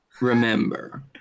remember